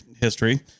history